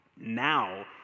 Now